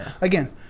again